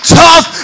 tough